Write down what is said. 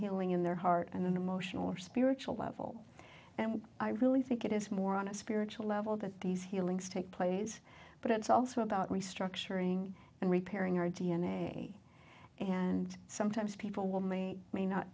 healing in their heart and an emotional or spiritual level and i really think it is more on a spiritual level that these healings take place but it's also about restructuring and repairing our d n a and sometimes people will may may not